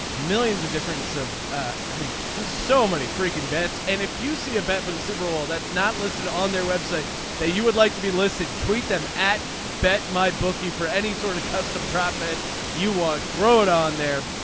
millions of difference. i mean just so many freaking bets. and if you see a bet for the super bowl that's not listed on their website that you would like to be listed. tweet them at bet my bookie for any sort of custom profit you want. throw it on there.